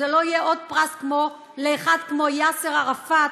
שזה לא יהיה עוד פרס כמו לאחד כמו יאסר ערפאת,